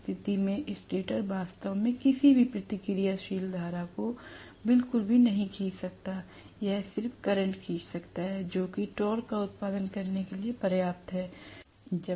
इस स्थिति में स्टेटर वास्तव में किसी भी प्रतिक्रियाशील धारा को बिल्कुल भी नहीं खींच सकता है यह सिर्फ करंट खींच सकता है जो कि टॉर्क का उत्पादन करने के लिए पर्याप्त है